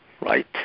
right